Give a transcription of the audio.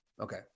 okay